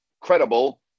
credible